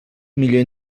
millor